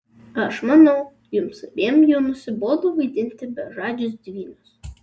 aš manau jums abiem jau nusibodo vaidinti bežadžius dvynius